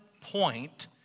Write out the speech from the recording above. point